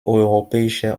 europäische